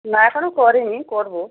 না এখনও করিনি করব